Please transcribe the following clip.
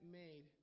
made